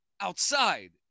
outside